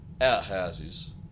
outhouses